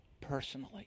personally